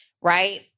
right